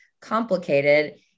complicated